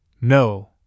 No